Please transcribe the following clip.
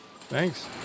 Thanks